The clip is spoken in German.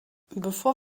bevor